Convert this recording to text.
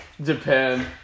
Japan